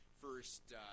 first